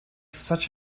such